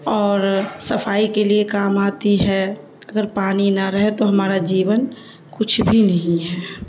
اور صفائی کے لیے کام آتی ہے اگر پانی نہ رہے تو ہمارا جیون کچھ بھی نہیں ہے